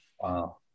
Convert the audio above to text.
Wow